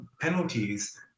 penalties